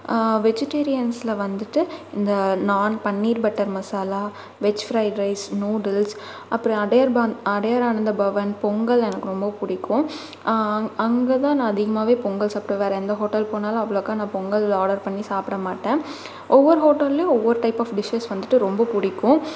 வெஜிடேரியன்ஸில் வந்துட்டு இந்த naan paneer butter masala veg fried rice noodles அப்புறோம் அடையார் அடையார் ஆனந்த பவன் பொங்கல் எனக்கு ரொம்ப பிடிக்கும் அங்கேதான் நான் அதிகமாகவே பொங்கல் சாப்பிடுவேன் வேறு எந்த ஹோட்டல் போனாலும் அவ்வளோக்கா நான் பொங்கல் ஆடர் பண்ணி சாப்பிட மாட்டேன் ஒவ்வொரு ஹோட்டல்லையும் ஒவ்வொரு டைப் ஆஃப் டிஷ்ஷஸ் வந்துட்டு ரொம்ப பிடிக்கும்